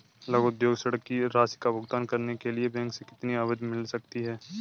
लघु उद्योग ऋण की राशि का भुगतान करने के लिए बैंक से कितनी अवधि मिल सकती है?